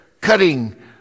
cutting